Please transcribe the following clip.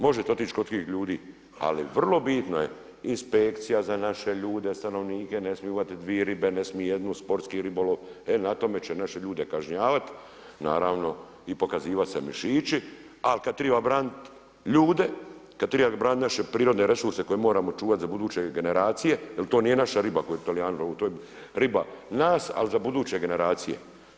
Možete otići kod tih ljudi, ali vrlo bitno je inspekcija za naše ljude, stanovnike, ne smiju uhvatiti dvije ribe, ne smiju jednu sportski ribolov, na tome će naše ljude kažnjavati, naravno i pokazivati se mišići ali kad treba braniti ljude, kad treba braniti naše prirodne resurse koje moramo čuvati za buduće generacije, jer to nije naša riba koju Talijani love, to je riba nas ali za buduće generacije.